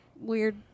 weird